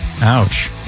Ouch